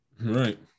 Right